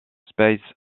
space